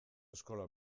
eskola